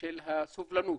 של הסובלנות,